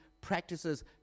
practices